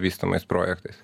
vystomais projektais